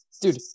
Dude